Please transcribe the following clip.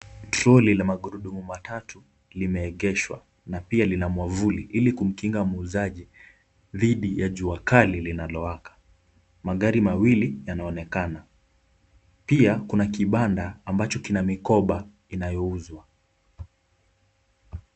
Troli la magurudumu matatu limeegeshwa na pia lina mwavuli ili kumkinga muuzaji dhidi ya jua kali linalowaka. Magari mawili yanaonekana pia kuna kibanda ambacho kina mikoba inayouzwa.